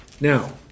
Now